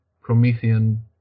Promethean